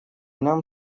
нам